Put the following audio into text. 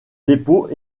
dépôt